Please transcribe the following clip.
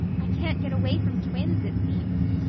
i can't get away from twins, it seems,